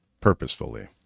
Purposefully